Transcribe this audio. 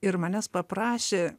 ir manęs paprašė